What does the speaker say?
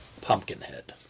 Pumpkinhead